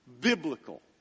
biblical